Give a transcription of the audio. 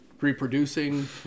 reproducing